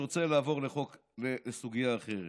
אני רוצה לעבור לסוגיה אחרת.